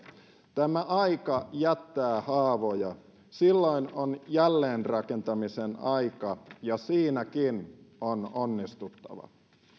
tämä aika jättää haavoja silloin on jälleenrakentamisen aika ja siinäkin on onnistuttava